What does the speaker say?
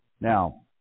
Now